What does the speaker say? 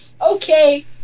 Okay